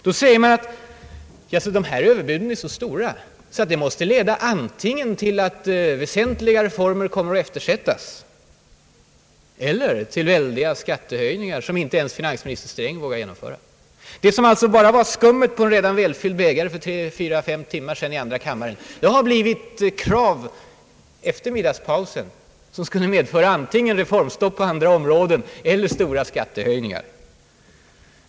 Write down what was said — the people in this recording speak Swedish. Man säger att dessa överbud är så stora att de måste leda antingen till att väsentliga reformer kommer att eftersättas eller till att det blir så väldiga skattehöjningar, att inte ens finansminister Sträng vågar genomföra dem. Vad som alltså bara var »skummet på en redan välfylld bägare» för fyra, fem timmar sedan i andra kammaren har efter middagspausen blivit krav som skulle medföra antingen reformstopp på andra områden eller stora skattehöjningar.